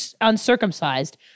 uncircumcised-